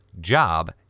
job